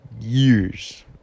Years